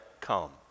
come